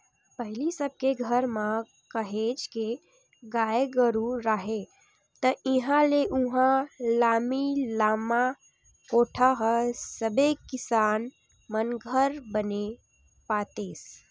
पहिली सब के घर म काहेच के गाय गरु राहय ता इहाँ ले उहाँ लामी लामा कोठा ह सबे किसान मन घर बने पातेस